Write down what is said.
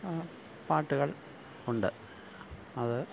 പാട്ടുകള് ഉണ്ട് അത്